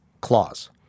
clause